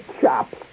chops